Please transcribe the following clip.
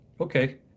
Okay